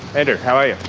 andrew, how are